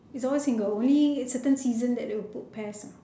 it's always single only certain season they will put pairs ah